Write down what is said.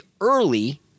early